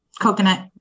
coconut